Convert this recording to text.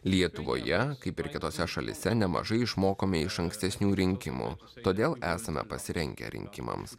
lietuvoje kaip ir kitose šalyse nemažai išmokome iš ankstesnių rinkimų todėl esame pasirengę rinkimams